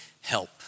help